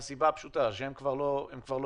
מהסיבה הפשוטה, שהם כבר לא ייפתחו.